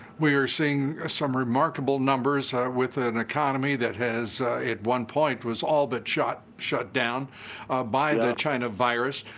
we are seeing some remarkable numbers with an economy that has at one point was all but shut shut down by the china virus.